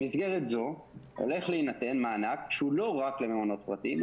במסגרת זו הולך להינתן מענק שהוא לא רק למעונות פרטיים,